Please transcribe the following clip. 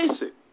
basic